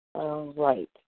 Right